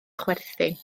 chwerthin